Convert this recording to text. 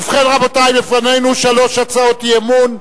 ובכן, רבותי, לפנינו שלוש הצעות אי-אמון.